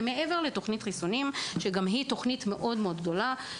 כל זה מעבר לתוכנית החיסונים שגם היא תוכנית מאוד גדולה.